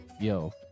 yo